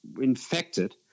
infected